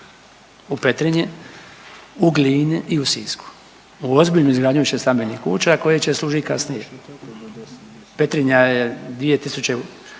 u Petrinji, u Glini i u Sisku, u ozbiljnu izgradnju višestambenih kuća koje će služit kasnije. Petrinja je, 2000